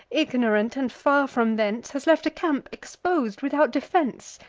ignorant, and far from thence, has left a camp expos'd, without defense.